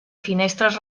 finestres